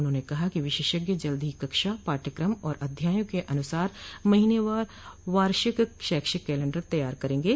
उन्होंने कहा कि विशेषज्ञ जल्द ही कक्षा पाठ्यक्रम और अध्यायों के अनुसार महीने वार वार्षिक शैक्षिक कलेन्डर तैयार करेंगे